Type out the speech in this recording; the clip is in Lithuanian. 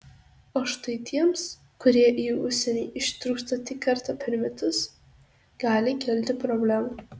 o štai tiems kurie į užsienį ištrūksta tik kartą per metus gali kilti problemų